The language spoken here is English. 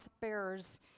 bearers